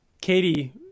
katie